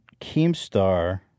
Keemstar